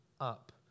up